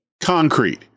Concrete